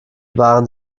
waren